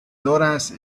laurence